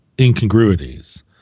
incongruities